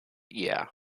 yeah